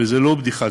זו לא בדיחה,